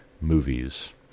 movies